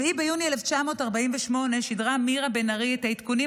ב-7 ביוני 1948 שידרה מירה בן ארי את העדכונים